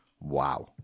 Wow